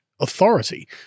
authority